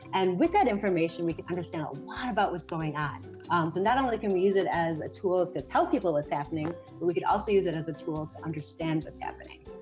and with that information, we can understand a lot about what's going on. so not only can we use it as a tool to tell people what's happening, but we could also use it as a tool to understand what's happening.